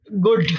good